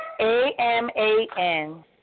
A-M-A-N